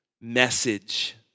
message